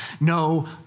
No